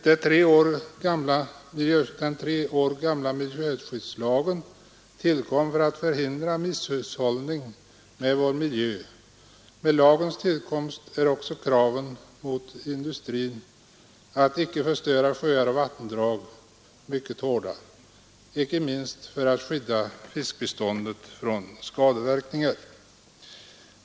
Den tre år gamla miljöskyddslagen tillkom för att förhindra misshushållning med vår miljö. Med lagens tillkomst är kraven mot industrin att inte förstöra sjöar och vattendrag mycket hårda, inte minst för att skydda fiskbeståndet från skadeverkningar.